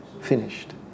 finished